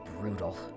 brutal